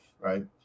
right